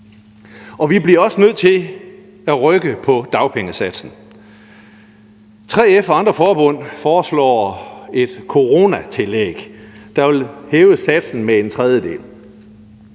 Vi bliver også nødt til at rykke på dagpengesatsen. 3F og andre forbund foreslår et coronatillæg, der vil hæve satsen med en tredjedel.